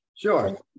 Sure